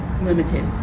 limited